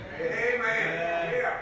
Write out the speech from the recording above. Amen